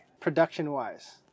Production-wise